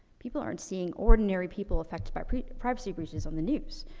people aren't seeing ordinary people affected by pr privacy breaches on the news.